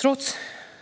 Trots